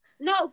No